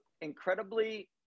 incredibly